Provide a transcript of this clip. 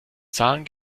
zahlen